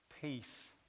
peace